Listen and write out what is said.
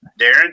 Darren